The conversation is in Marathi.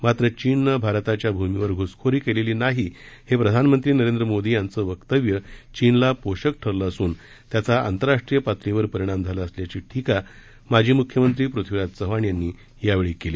मात्र चीननं भारताच्या भूमीवर घ्सखोरी केली नाही हे प्रधानमंत्री नरेंद्र मोदी यांचं वक्तव्य चीनला पोषक ठरलं असून त्याचा आंतरराष्ट्रीय पातळीवर परिणाम झाला असल्याची टीका माजी म्ख्यमंत्री पृथ्वीराज चव्हाण यांनी यावेळी केला